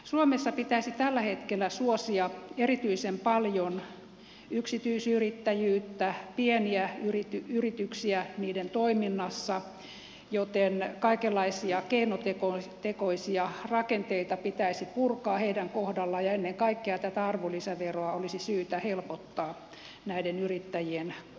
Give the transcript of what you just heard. suomessa pitäisi tällä hetkellä suosia erityisen paljon yksityisyrittäjyyttä pieniä yrityksiä niiden toiminnassa joten kaikenlaisia keinotekoisia rakenteita pitäisi purkaa heidän kohdallaan ja ennen kaikkea tätä arvonlisäveroa olisi syytä helpottaa näiden yrittäjien kohdalla